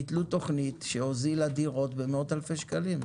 ביטלו תוכנית שהוזילה דירות במאות אלפי שקלים.